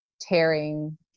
tearing